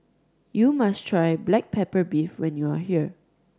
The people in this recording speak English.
you must try black pepper beef when you are here